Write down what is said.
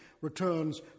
returns